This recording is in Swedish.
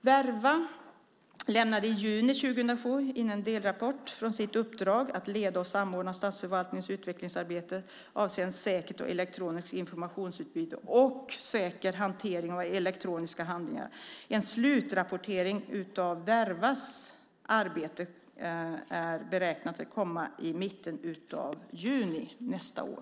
Verva lämnade i juni 2007 en delrapport från sitt uppdrag att leda och samordna statsförvaltningens utvecklingsarbete avseende säkert elektroniskt informationsutbyte och säker hantering av elektroniska handlingar. En slutrapportering av Vervas arbete beräknas komma i mitten av juni nästa år.